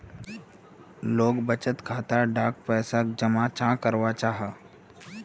लोग बचत खाता डात पैसा जमा चाँ करो जाहा?